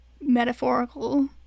metaphorical